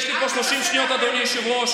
יש לי פה 30 שניות, אדוני היושב-ראש.